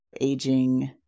aging